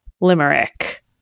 limerick